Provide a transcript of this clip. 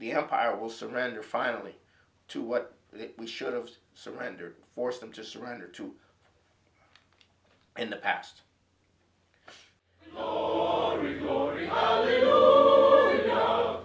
the empire will surrender finally to what we should of surrender force them to surrender to in the past oh